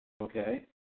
Okay